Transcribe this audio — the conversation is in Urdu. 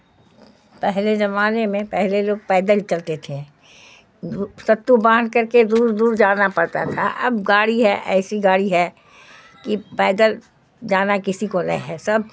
پہلے زمانے میں پہلے لوگ پیدل چلتے تھے ستو باندھ کر کے دور دور جانا پڑتا تھا اب گاڑی ہے ایسی گاڑی ہے کہ پیدل جانا کسی کو نہیں ہے سب